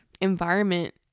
environment